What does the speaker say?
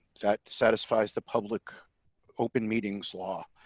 that satisfies the public open meetings law.